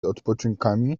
odpoczynkami